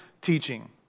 teaching